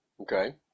Okay